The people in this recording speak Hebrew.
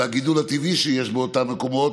והגידול הטבעי שיש באותם מקומות,